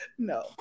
No